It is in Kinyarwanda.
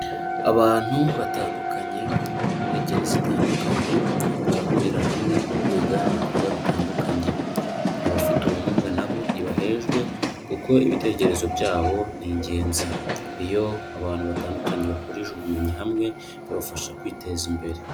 Abantu batandukanye, b'ingeri zitandukanye, barahurira hamwe mu kwiga ibikorwa bitandukanye. Abafite ubumuga na bo ntibahejwe kuko ibitekerezo byabo ni ingenzi. Iyo abantu batandukanye bahurije ubumenyi hamwe, bibafasha kwiteza imbere.